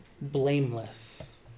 blameless